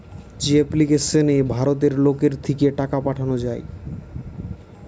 যে এপ্লিকেশনে ভারতের লোকের থিকে টাকা পাঠানা যায়